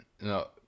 No